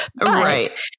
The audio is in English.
Right